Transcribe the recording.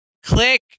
Click